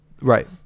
right